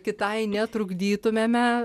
kitai netrukdytumėme